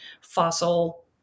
fossil